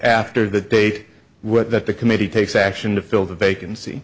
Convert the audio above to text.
after the date what that the committee takes action to fill the vacancy